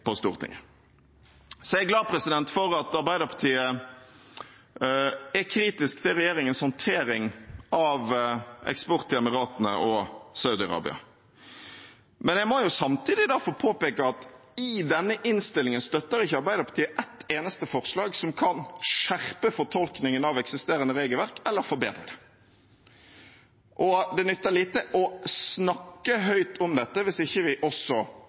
på Stortinget. Jeg er glad for at Arbeiderpartiet er kritisk til regjeringens håndtering av eksport til Emiratene og Saudi-Arabia, men jeg må samtidig få påpeke at i denne innstillingen støtter ikke Arbeiderpartiet ett eneste forslag som kan skjerpe fortolkningen av eksisterende regelverk eller forbedre det. Det nytter lite å snakke høyt om dette hvis vi ikke også